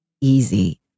easy